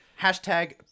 Hashtag